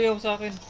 um soviet